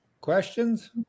questions